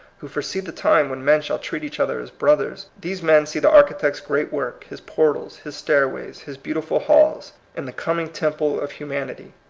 who foresee the time when men shall treat each other as brothers, these men see the architect's great work, his portals, his stairways, his beautiful halls, in the coming temple of humanity.